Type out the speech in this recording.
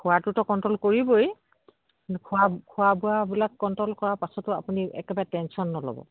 খোৱাটোতো control কৰিবই কিন্ত খোৱা খোৱা বোৱাবিলাক কণ্ট্ৰল কৰাৰ পাছতো আপুনি একেবাৰে টেনচন নল'ব